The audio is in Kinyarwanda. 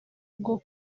bwo